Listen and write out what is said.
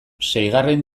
seigarren